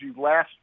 last